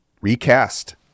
recast